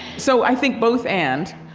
so i think both and,